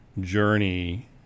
journey